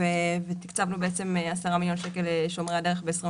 ותקצבנו 10 מיליון שקלים לשומרי הדרך ב-2021,